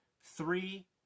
Three